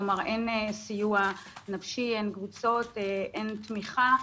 כלומר, אין סיוע נפשי, אין קבוצות, אין תמיכה.